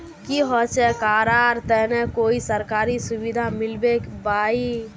की होचे करार तने कोई सरकारी सुविधा मिलबे बाई?